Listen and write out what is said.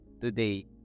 today